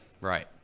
right